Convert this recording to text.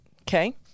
Okay